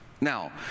Now